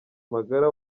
magara